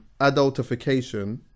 adultification